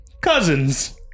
cousins